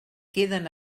queden